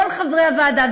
כל חברי הוועדה,